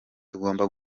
tugomba